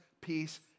peace